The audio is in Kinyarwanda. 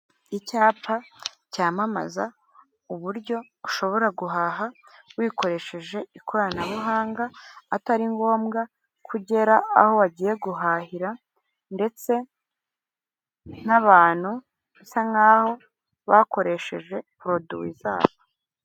Icyapa cyamamaza uburyo ushobora guhaha wikoresheje ikoranabuhanga atari ngombwa ko ugera aho bagiye guhahira ndetse n'abantu basa nkaho bakoresheje poroduwi zabo.